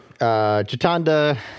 Chitanda